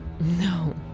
No